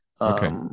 Okay